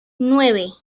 nueve